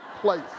place